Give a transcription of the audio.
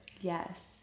Yes